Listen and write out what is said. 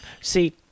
See